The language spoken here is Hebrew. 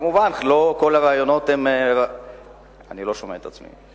מובן שלא כל הרעיונות, אני לא שומע את עצמי.